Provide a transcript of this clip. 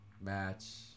match